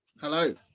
Hello